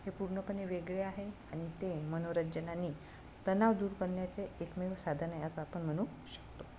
हे पूर्णपणे वेगळे आहे आणि ते मनोरंजनाने तणाव दूर करण्याचे एकमेव साधन आहे असं आपण म्हणू शकतो